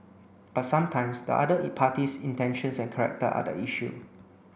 but sometimes the other party's intentions and character are the issue